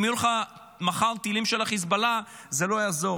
אם יהיו לך מחר טילים של החיזבאללה זה לא יעזור.